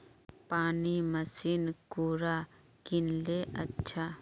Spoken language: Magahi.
पानी मशीन कुंडा किनले अच्छा?